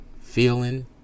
feeling